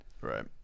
Right